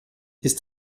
ist